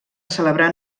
celebrar